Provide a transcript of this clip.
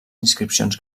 inscripcions